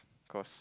cause